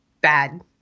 bad